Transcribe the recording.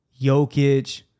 Jokic